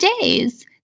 days